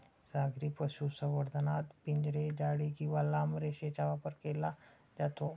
सागरी पशुसंवर्धनात पिंजरे, जाळी किंवा लांब रेषेचा वापर केला जातो